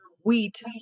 wheat